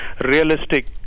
realistic